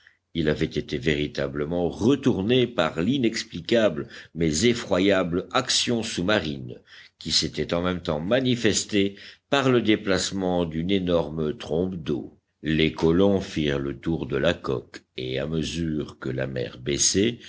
il avait été véritablement retourné par l'inexplicable mais effroyable action sous-marine qui s'était en même temps manifestée par le déplacement d'une énorme trombe d'eau les colons firent le tour de la coque et à mesure que la mer baissait